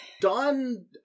Don